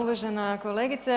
Uvažena kolegice.